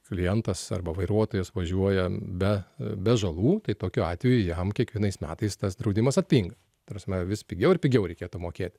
klientas arba vairuotojas važiuoja be be žalų tai tokiu atveju jam kiekvienais metais tas draudimas atpinga ta prasme vis pigiau ir pigiau reikėtų mokėt